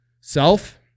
Self